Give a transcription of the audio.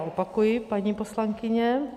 Opakuji, paní poslankyně.